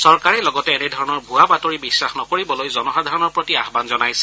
চৰকাৰে লগতে এনেধৰণৰ ভূৱা বাতৰি বিখাস নকৰিবলৈ জনসাধাৰণৰ প্ৰতি আহান জনাইছে